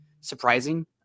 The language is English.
surprising